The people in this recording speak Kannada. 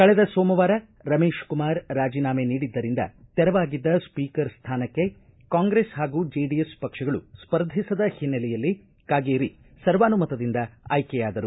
ಕಳೆದ ಸೋಮವಾರ ರಮೇಶ್ ಕುಮಾರ್ ರಾಜಿನಾಮೆ ನೀಡಿದ್ದರಿಂದ ತೆರವಾಗಿದ್ದ ಸ್ವೀಕರ್ ಸ್ಥಾನಕ್ಕೆ ಕಾಂಗ್ರೆಸ್ ಪಾಗೂ ಜೆಡಿಎಸ್ ಪಕ್ಷಗಳು ಸ್ಪರ್ಧಿಸದ ಹಿನ್ನೆಲೆಯಲ್ಲಿ ಕಾಗೇರಿ ಸರ್ವಾನುತದಿಂದ ಆಯ್ಕೆಯಾದರು